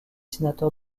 sénateur